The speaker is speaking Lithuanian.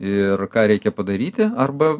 ir ką reikia padaryti arba